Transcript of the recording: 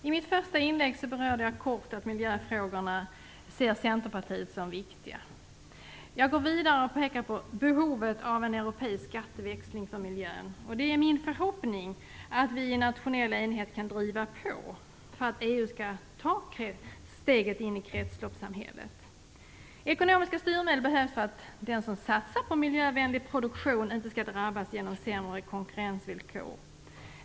Herr talman! Jag berörde i mitt första inlägg kort att Centerpartiet ser miljöfrågorna som viktiga. Jag vill gå vidare och peka på behovet av en europeisk skatteväxling för miljön. Det är min förhoppning att vi i nationell enighet kan driva på för att EU skall ta steget in i kretsloppssamhället. Ekonomiska styrmedel behövs för att den som satsar på miljövänlig produktion inte skall drabbas av sämre konkurrensvillkor.